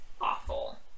awful